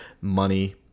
money